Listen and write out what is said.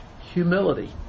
Humility